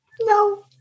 No